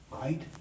Right